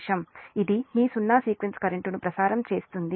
ఇది మీ సున్నా సీక్వెన్స్ కరెంట్ను ప్రసారం చేస్తుంది